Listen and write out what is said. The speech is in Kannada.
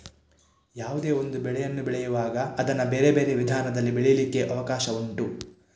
ಯಾವುದೇ ಒಂದು ಬೆಳೆಯನ್ನು ಬೆಳೆಯುವಾಗ ಅದನ್ನ ಬೇರೆ ಬೇರೆ ವಿಧಾನದಲ್ಲಿ ಬೆಳೀಲಿಕ್ಕೆ ಅವಕಾಶ ಉಂಟು